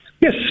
Yes